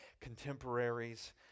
contemporaries